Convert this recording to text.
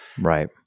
right